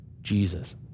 Jesus